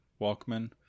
Walkman